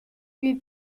lui